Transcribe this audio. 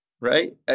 Right